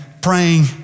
praying